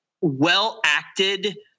well-acted